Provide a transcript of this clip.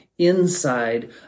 inside